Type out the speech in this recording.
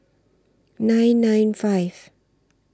nine nine five